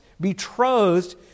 betrothed